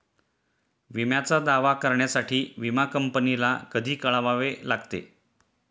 विम्याचा दावा करण्यासाठी विमा कंपनीला कधी कळवावे लागते?